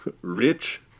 Rich